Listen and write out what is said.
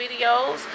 videos